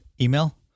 email